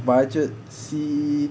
budget C